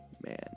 Man